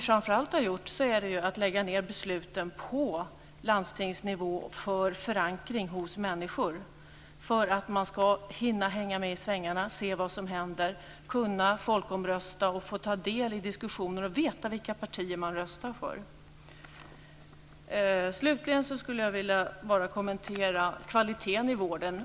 Framför allt har vi lagt ned besluten på landstingsnivå för förankring hos människor. Detta har vi gjort för att man ska hinna hänga med i svängarna, se vad som händer, kunna folkomrösta, få ta del i diskussioner och veta vilka partier man ska rösta på. Slutligen vill jag kommentera kvaliteten i vården.